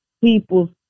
people